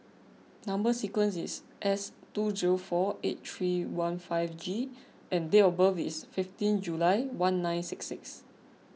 Number Sequence is S two zero four eight three one five G and date of birth is fifteen July one nine six six